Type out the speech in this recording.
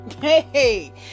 hey